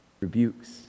rebukes